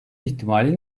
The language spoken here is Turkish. ihtimali